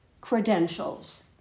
credentials